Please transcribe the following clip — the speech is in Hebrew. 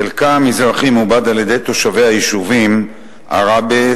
חלקה המזרחי מעובד על-ידי תושבי היישובים עראבה,